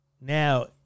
now